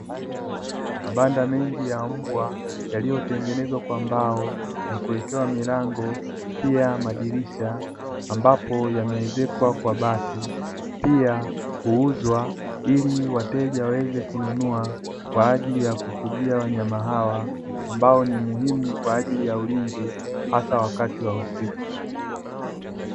Mabanda mengi ya mbwa, yaliyotengenezwa kwa mbao na kuwekewa milango pia madirisha ambapo yameezekwa kwa bati. Pia huuzwa ili wateja waweze kununua kwa ajili ya kufugia wanyama hawa ambao ni muhimu kwa ajili ya ulinzi hasa wakati wa usiku.